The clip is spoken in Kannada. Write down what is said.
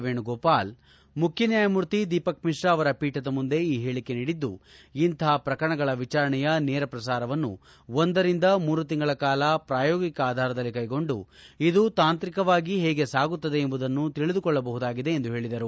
ವೇಣುಗೋಪಾಲ್ ಮುಖ್ಯನ್ನಾಯಮೂರ್ತಿ ದೀಪಕ್ ಮಿತ್ರ ಅವರ ಪೀಠದ ಮುಂದೆ ಈ ಹೇಳಕೆ ನೀಡಿದ್ದು ಇಂತಹ ಪ್ರಕರಣಗಳ ವಿಚಾರಣೆಯ ನೇರ ಪ್ರಸಾರವನ್ನು ಒಂದರಿಂದ ಮೂರು ತಿಂಗಳ ಕಾಲ ಪ್ರಯೋಗಿಕ ಆಧಾರದಲ್ಲಿ ಕ್ಷೆಗೊಂಡು ಇದು ತಾಂತ್ರಿಕವಾಗಿ ಹೇಗೆ ಸಾಗುತ್ತದೆ ಎಂಬುವುದನ್ನು ತಿಳಿದುಕೊಳ್ಳಬಹುದಾಗಿದೆ ಎಂದು ಹೇಳದರು